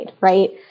Right